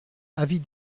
avis